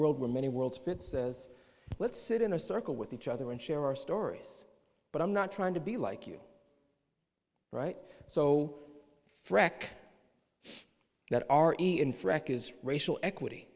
world where many worlds fit says let's sit in a circle with each other and share our stories but i'm not trying to be like you right so frak that are in freck is racial equity